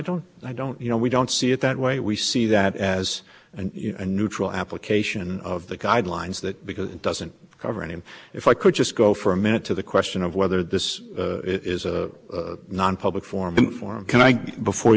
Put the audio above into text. don't i don't you know we don't see it that way we see that as an neutral application of the guidelines that because it doesn't cover any and if i could just go for a minute to the question of whether this is a nonpublic form form can i before